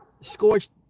scorched